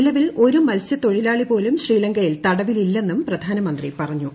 നിലവിൽ ഒരു മത്സ്യത്തൊഴിലാളി പോലും ശ്രീലങ്കയിൽ തടവിലില്ലെന്നും പ്രധാനമന്ത്രി പറഞ്ഞു